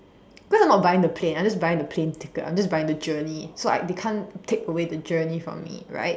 cause I'm not buying the plane I'm just buying the plane ticket I'm just buying the journey so like they can't take away the journey from me right